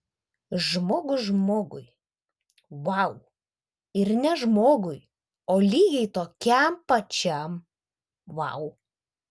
žmogus žmogui vau ir ne žmogui o lygiai tokiam pačiam vau